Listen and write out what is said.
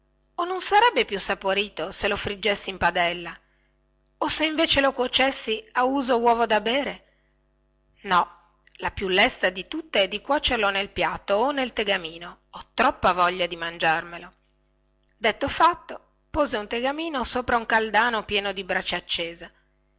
o non sarebbe più saporito se lo friggessi in padella o se invece lo cuocessi a uso uovo da bere no la più lesta di tutte è di cuocerlo nel piatto o nel tegamino ho troppa voglia di mangiarmelo detto fatto pose un tegamino sopra un caldano pieno di brace accesa